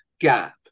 gap